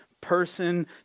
person